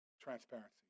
Transparency